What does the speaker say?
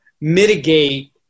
mitigate